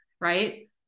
Right